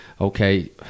okay